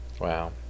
Wow